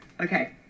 Okay